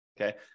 Okay